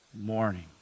morning